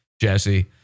Jesse